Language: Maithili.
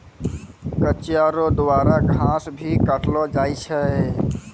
कचिया रो द्वारा घास भी काटलो जाय छै